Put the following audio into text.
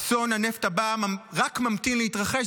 אסון הנפט הבא רק ממתין להתרחש.